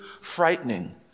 frightening